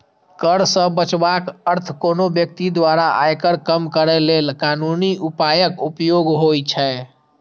कर सं बचावक अर्थ कोनो व्यक्ति द्वारा आयकर कम करै लेल कानूनी उपायक उपयोग होइ छै